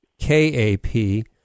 K-A-P